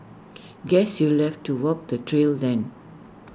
guess you'll left to walk the trail then